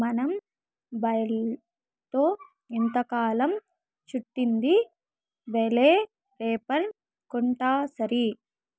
మనం బేల్తో ఎంతకాలం చుట్టిద్ది బేలే రేపర్ కొంటాసరి